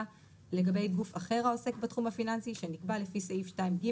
לגבי גוף אחר העוסק בתחום הפיננסי שנקבע לפי סעיף 2(ג),